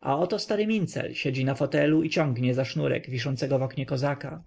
a oto stary mincel siedzi na fotelu i ciągnie za sznurek wiszącego w oknie kozaka